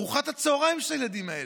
ארוחת הצוהריים של הילדים האלה,